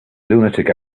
lunatic